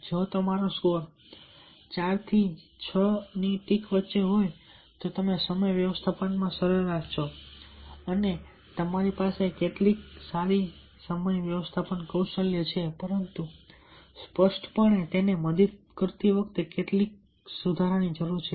જો તમારો સ્કોર 4 અને 6 ની વચ્ચે હોય તો તમે સમય વ્યવસ્થાપનમાં સરેરાશ છો અને તમારી પાસે કેટલીક સારી સમય વ્યવસ્થાપન કૌશલ્ય છે પરંતુ સ્પષ્ટપણે તેને મદદ કરતી વખતે કેટલાક સુધારાની જરૂર છે